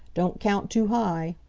don't count too high.